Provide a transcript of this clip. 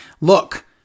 look